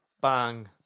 bang